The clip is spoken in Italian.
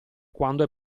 quando